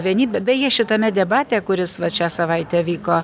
vienybę beje šitame debate kuris vat šią savaitę vyko